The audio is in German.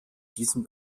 diesen